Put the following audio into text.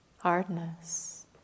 Hardness